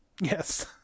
Yes